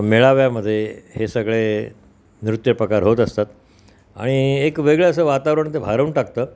मेळाव्यामधे हे सगळे नृत्यप्रकार होत असतात आणि एक वेगळं असं वातावरण ते भारावून टाकतं